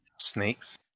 snakes